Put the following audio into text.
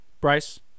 Bryce